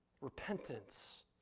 Repentance